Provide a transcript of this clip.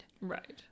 Right